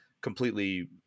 completely